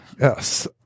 Yes